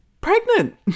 pregnant